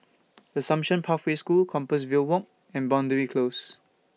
Assumption Pathway School Compassvale Walk and Boundary Close